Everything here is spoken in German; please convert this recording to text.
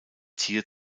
tier